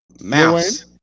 Mouse